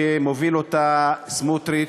שמוביל סמוטריץ,